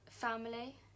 Family